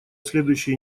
следующей